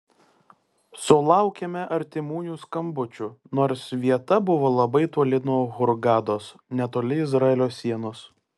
sulaukėme artimųjų skambučių nors vieta buvo labai toli nuo hurgados netoli izraelio sienos